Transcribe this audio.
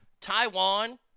Taiwan